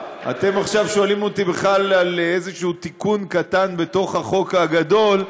אתם עכשיו שואלים אותי בכלל על איזשהו תיקון קטן בחוק הגדול,